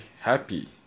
happy